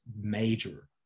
major